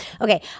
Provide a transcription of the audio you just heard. Okay